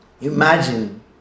Imagine